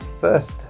first